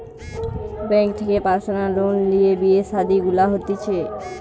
bank থেকে personal loan লিয়ে বিয়ে শাদী গুলা হতিছে